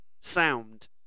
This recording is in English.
sound